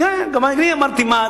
כן, גם אני אמרתי: מה?